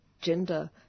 gender